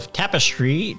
tapestry